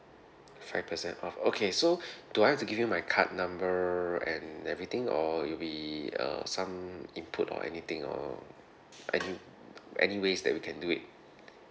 five percent off okay so do I have to give you my card number and everything or it'll be uh some input or anything or any any ways that we can do it